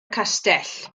castell